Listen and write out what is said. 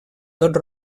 tot